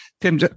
Tim